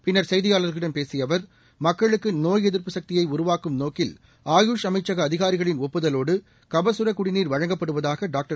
பின்னர் செய்தியாளர்களிடம் பேசிய அவர் மக்களுக்கு நோய் எதிர்ப்பு சக்தியை உருவாக்கும் நோக்கில் ஆயுஷ் அமைச்சக அதிகாரிகளின் ஒப்புதலோடு கபசரக்குடிநீர் வழங்கப்படுவதாக டாக்டர்